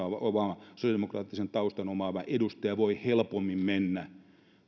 sosiaalidemokraattisen taustan omaava edustaja voi helpommin mennä